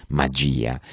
magia